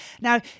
Now